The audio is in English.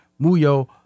Muyo